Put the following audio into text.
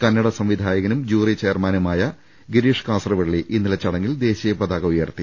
കന്നഡ സംവിധായകനും ജൂറി ചെയർമാനുമായ ഗിരീഷ് കാസറവള്ളി ഇന്നലെ ചട ങ്ങിൽ ദേശീയപതാക ഉയർത്തി